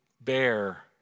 bear